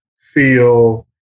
feel